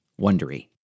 wondery